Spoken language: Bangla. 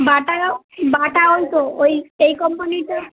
বাটারাও বাটা ওই তো ওই এই কম্পানিটা